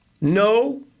No